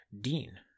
Dean